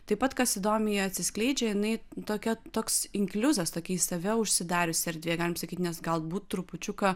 taip pat kas įdomiai atsiskleidžia jinai tokia toks inkliuzas tokia į save užsidariusi erdvė galime sakyt nes galbūt trupučiuką